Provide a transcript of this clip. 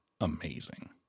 amazing